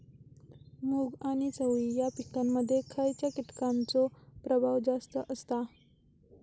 मूग आणि चवळी या पिकांमध्ये खैयच्या कीटकांचो प्रभाव जास्त असता?